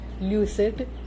lucid